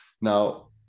Now